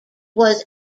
was